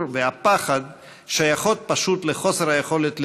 והפחד שייכות פשוט לחוסר היכולת לדבר,